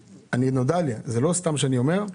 נודע לי, אני לא סתם אומר,